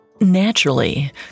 Naturally